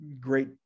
great